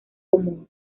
común